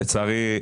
לצערי,